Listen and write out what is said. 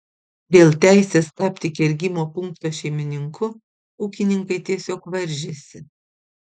dėl teisės tapti kergimo punkto šeimininku ūkininkai tiesiog varžėsi